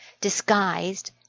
disguised